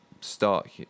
start